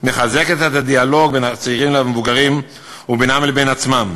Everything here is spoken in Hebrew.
מחזק את הדיאלוג בין הצעירים למבוגרים ובינם לבין עצמם